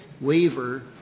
waiver